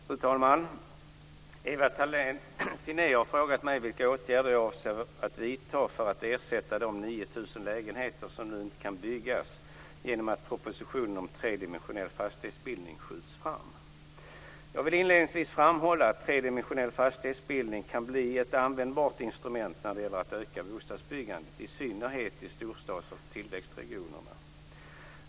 Fru talman! Ewa Thalén Finné har frågat mig vilka åtgärder jag avser att vidta för att ersätta de 9 000 lägenheter som nu inte kan byggas genom att propositionen om tredimensionell fastighetsbildning skjuts fram. Jag vill inledningsvis framhålla att tredimensionell fastighetsindelning kan bli ett användbart instrument när det gäller att öka bostadsbyggandet, i synnerhet i storstads och tillväxtregionerna.